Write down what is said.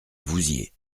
vouziers